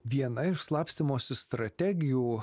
viena iš slapstymosi strategijų